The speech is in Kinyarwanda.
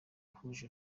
bahuje